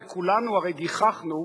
וכולנו גיחכנו,